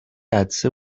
عطسه